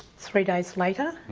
three days later,